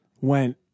went